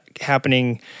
happening